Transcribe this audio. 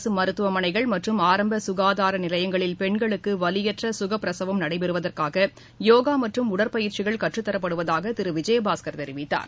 அரசு மருத்துவமனைகள் மற்றும் ஆரம்ப சுனதார நிலையங்களில் பெண்களுக்கு வலியற்ற சுகப்பிரசவம் நடைபெறுவதற்காக யோகா மற்றும் இயற்கை உடற்பயிற்சிகள் கற்றுத்தரப்படுவதாக திரு விஜயபாஸ்கர் தெரிவித்தார்